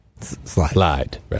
slide